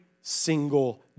single